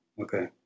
Okay